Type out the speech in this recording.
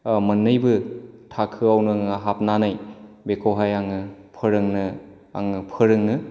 मोननैबो थाखोआवनो आङो हाबनानै बेखौहाय आङो फोरोंङो